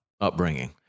upbringing